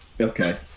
okay